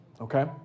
okay